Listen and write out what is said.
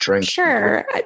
Sure